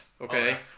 okay